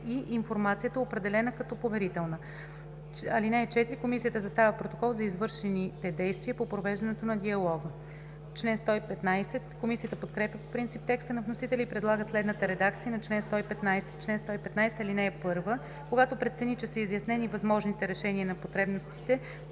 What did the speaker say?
и информацията, определена като поверителна. (4) Комисията съставя протокол за извършените действия по провеждането на диалога.“ Комисията подкрепя по принцип текста на вносителя и предлага следната редакция на чл. 115: „Чл. 115. (1) Когато прецени, че са изяснени възможните решения на потребностите,